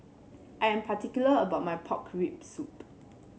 I am particular about my Pork Rib Soup